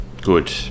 Good